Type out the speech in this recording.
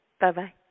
Bye-bye